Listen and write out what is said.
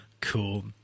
cool